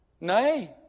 Nay